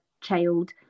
child